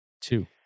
Two